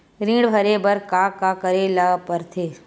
ऋण भरे बर का का करे ला परथे?